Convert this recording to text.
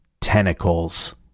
Tentacles